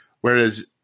Whereas